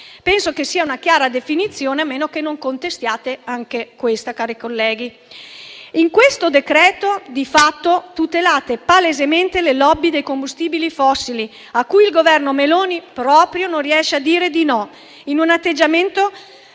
Penso che sia una definizione chiara, a meno che non contestiate anche questa, cari colleghi. In questo decreto-legge, di fatto, tutelate palesemente le *lobby* dei combustibili fossili, a cui il Governo Meloni proprio non riesce a dire di no, in un atteggiamento